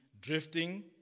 drifting